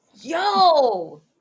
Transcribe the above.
yo